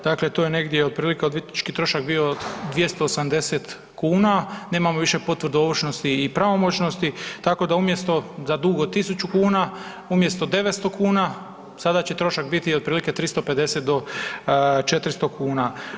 Dakle tu je negdje otprilike odvjetnički trošak bio 280 kuna, nemamo više potvrdu ovršnosti i pravomoćnosti tako da umjesto za dug od 1.000 kuna umjesto 900 kuna sada će trošak biti otprilike 350 do 400 kuna.